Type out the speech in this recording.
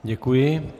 Děkuji.